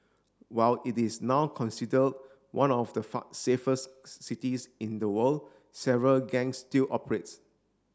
while it is now consider one of the safest cities in the world several gangs still operates